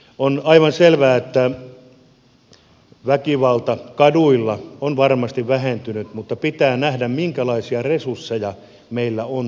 on aivan selvää että väkivalta kaduilla on varmasti vähentynyt mutta pitää nähdä minkälaisia resursseja meillä on tuolla kaduilla